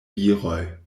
viroj